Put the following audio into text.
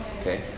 okay